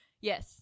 yes